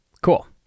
Cool